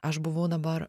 aš buvau dabar